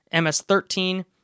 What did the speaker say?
MS-13